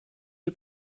die